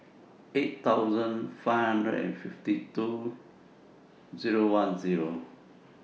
eight million five hundred and fifty two thousand ten